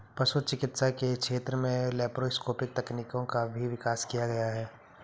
पशु चिकित्सा के क्षेत्र में लैप्रोस्कोपिक तकनीकों का भी विकास किया गया है